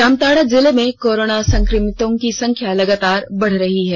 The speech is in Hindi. जामताड़ा जिले में कोरोना संक्रमितों की संख्या लगातार बढ़ रही है